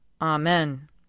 Amen